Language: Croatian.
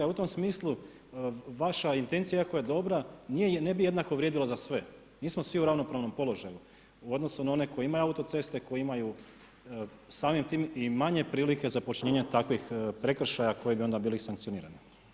I u tom smislu vaša intencija iako je dobra, ne bi jednako vrijedila za sve, nismo svi u ravnopravnom položaju, u odnosu na one koji imaju autocest4e, koji imaju samim time i manje prilike započinjati takvih prekršaja koji bi onda bili i sankcionirani.